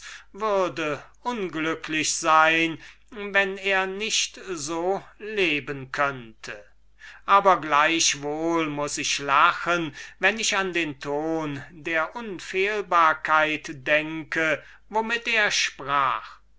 würde unglücklich sein wenn er nicht so leben könnte ich muß lachen fuhr er mit sich selbst fort wenn ich an den ton der unfehlbarkeit denke womit er sprach